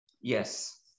Yes